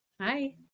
Hi